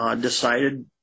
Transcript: decided